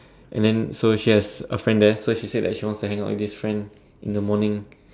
and then so she has a friend there so she said that she that she wants to hang out with this friend in the morning